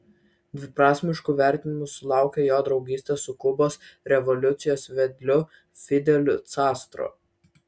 dviprasmiškų vertinimų sulaukė jo draugystė su kubos revoliucijos vedliu fideliu castro